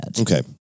Okay